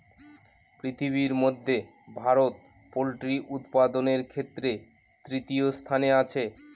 পৃথিবীর মধ্যে ভারত পোল্ট্রি উৎপাদনের ক্ষেত্রে তৃতীয় স্থানে আছে